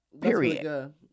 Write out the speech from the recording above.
Period